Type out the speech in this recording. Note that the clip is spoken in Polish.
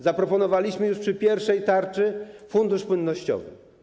Zaproponowaliśmy już przy pierwszej tarczy fundusz płynnościowy.